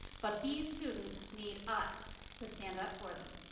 but these students need us to stand up for them.